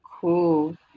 Cool